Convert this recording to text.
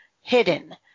hidden